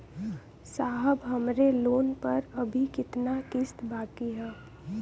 साहब हमरे लोन पर अभी कितना किस्त बाकी ह?